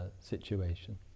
situation